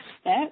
step